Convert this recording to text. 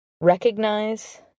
recognize